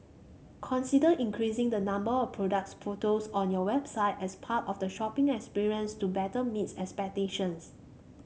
consider increasing the number of product photos on your website as part of the shopping experience to better meet expectations